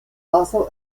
also